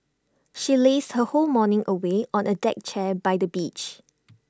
she lazed her whole morning away on A deck chair by the beach